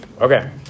Okay